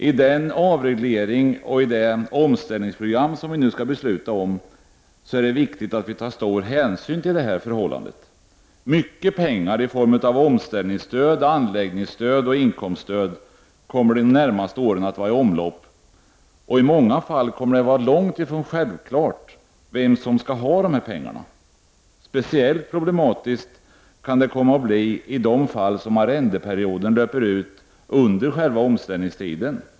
I den avreglering och i det omställningsprogram som vi nu skall besluta om är det viktigt att vi tar stor hänsyn till detta förhållande. Mycket pengar i form av omställningsstöd, anläggningsstöd och inkomststöd kommer de närmaste åren att vara i omlopp, och i många fall kommer det att vara långt ifrån självklart vem som skall ha dessa pengar. Speciellt problematiskt kan det komma att bli i de fall arrendeperioden löper ut under själva omställningstiden.